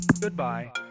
Goodbye